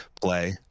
play